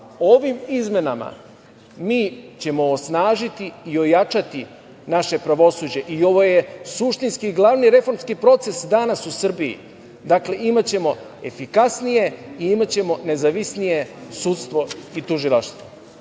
izmenama mi ćemo osnažiti i ojačati naše pravosuđe i ovo je suštinski glavni reformski proces danas u Srbiji. Dakle, imaćemo efikasnije i imaćemo nezavisnije sudstvo i tužilaštvo. Nemojte